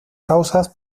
causas